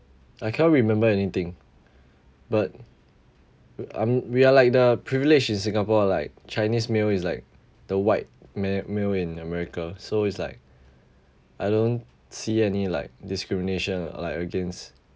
I cannot remember anything but um we are like the privileged in Singapore like chinese male is like the white male male in america so it's like I don't see any like discrimination like against